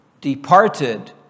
departed